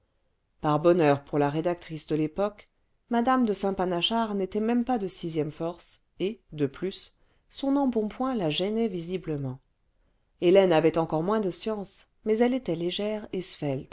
par bonheur pour la rédactrice de yép oque mme de saint panachard n'était même pas de sixième force et de plus son embonpoint la gênait visiblement hélène avait encore moins de science mais elle était légère et svelte